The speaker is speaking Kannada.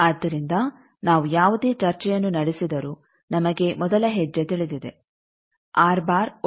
ಆದ್ದರಿಂದ ನಾವು ಯಾವುದೇ ಚರ್ಚೆಯನ್ನು ನಡೆಸಿದರೂ ನಮಗೆ ಮೊದಲ ಹೆಜ್ಜೆ ತಿಳಿದಿದೆ 1